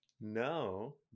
No